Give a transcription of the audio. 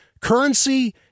currency